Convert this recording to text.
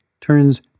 turns